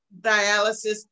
dialysis